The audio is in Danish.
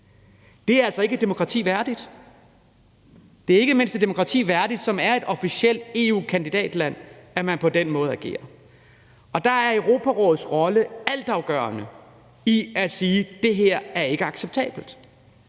Det er altså ikke et demokrati værdigt. Det er ikke mindst ikke et demokrati værdigt, som er et officielt EU-kandidatland, at man agerer på den måde. Der er Europarådets rolle altafgørende i at sige: Det her er ikke acceptabelt.